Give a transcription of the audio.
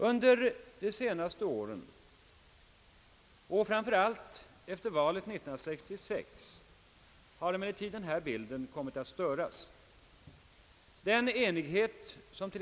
Under de senaste åren och framför allt efter valet 1966 har emellertid denna bild kommit att störas, Den enighet som +.